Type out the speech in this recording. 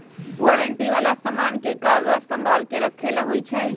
warranty वाला समान के कागज संभाल के रखे ला होई छई